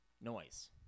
noise